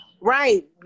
Right